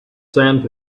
sand